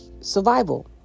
Survival